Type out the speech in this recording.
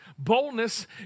Boldness